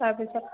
তাৰপিছত